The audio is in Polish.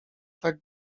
tak